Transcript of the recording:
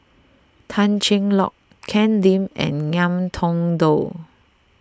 Tan Cheng Lock Ken Lim and Ngiam Tong Dow